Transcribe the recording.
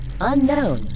Unknown